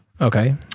Okay